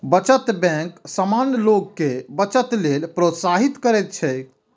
बचत बैंक सामान्य लोग कें बचत लेल प्रोत्साहित करैत छैक